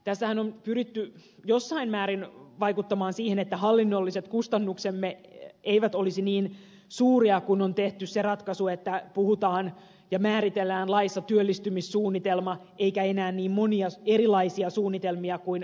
tässähän on pyritty jossain määrin vaikuttamaan siihen että hallinnolliset kustannuksemme eivät olisi niin suuria kun on tehty se ratkaisu että puhutaan työllistymissuunnitelmasta ja määritellään se laissa eikä enää ole niin monia erilaisia suunnitelmia kuin aikaisemmin